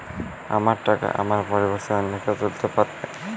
আমার টাকা আমার পরিবর্তে অন্য কেউ তুলতে পারবে?